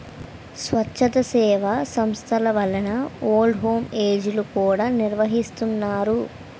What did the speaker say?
స్వచ్ఛంద సేవా సంస్థల వలన ఓల్డ్ హోమ్ ఏజ్ లు కూడా నిర్వహిస్తున్నారు